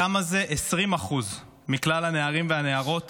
כמה זה 20% מכלל הנערים והנערות